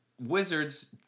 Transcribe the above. Wizards